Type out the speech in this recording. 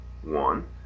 one